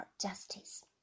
justice